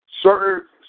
certain